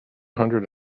hundred